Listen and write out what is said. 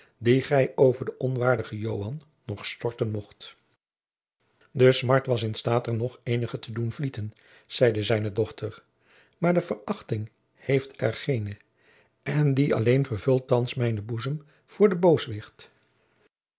die gij over den onwaardigen joan nog storten mocht de smart was in staat er nog eenige te doen jacob van lennep de pleegzoon vlieten zeide zijne dochter maar de verachting heeft er geene en die alleen vervult thands mijnen boezem voor den